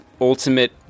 ultimate